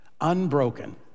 Unbroken